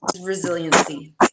resiliency